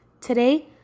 Today